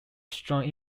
strong